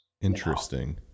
Interesting